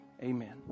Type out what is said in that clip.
Amen